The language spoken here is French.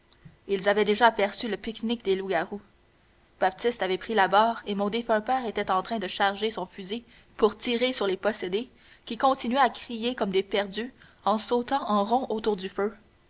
ils avaient déjà aperçu le pique-nique des loups-garous baptiste avait pris la barre et mon défunt père était en train de charger son fusil pour tirer sur les possédés qui continuaient à crier comme des perdus en sautant en rond autour du feu